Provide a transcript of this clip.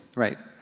right,